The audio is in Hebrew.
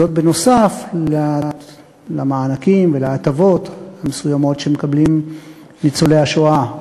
זה נוסף על המענקים וההטבות המסוימים שמקבלים ניצולי השואה,